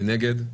מי נגד?